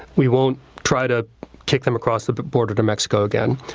we won't try to kick them across the but border to mexico again.